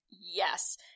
Yes